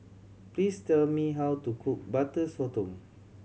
please tell me how to cook Butter Sotong